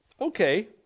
Okay